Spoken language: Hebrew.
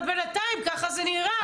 אבל בינתיים כך זה נראה.